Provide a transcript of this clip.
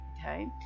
Okay